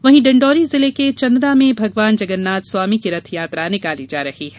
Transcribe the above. वहीं डिण्डोरी जिले के चंदना में भगवान जगन्नाथ स्वामी की रथ यात्रा निकाली जा रही है